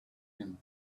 him